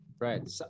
Right